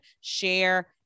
share